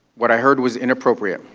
what i heard was inappropriate.